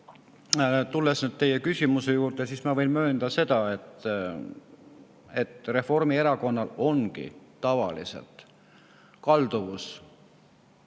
tulles nüüd teie küsimuse juurde, siis ma võin möönda seda, et Reformierakonnal ongi tavaliselt kalduvus